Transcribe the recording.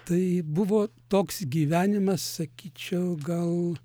tai buvo toks gyvenimas sakyčiau gal